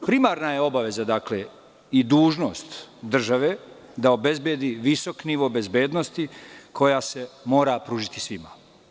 Primarna je obavezai dužnost države da obezbedi visok nivo bezbednosti koja se mora pružiti svima.